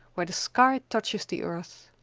where the sky touches the earth.